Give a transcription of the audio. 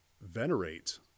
venerate